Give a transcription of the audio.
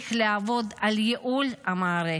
צריך לעבוד על ייעול המערכת,